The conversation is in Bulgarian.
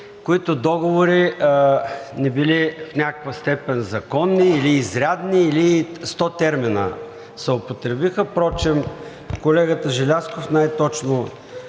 които договори не били в някаква степен законни или изрядни, или… сто термина се употребиха. Впрочем, колегата Желязков направи